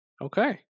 Okay